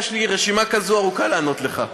יש לי רשימה כזאת ארוכה לענות לך.